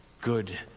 good